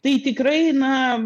tai tikrai na